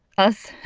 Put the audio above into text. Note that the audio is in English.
us,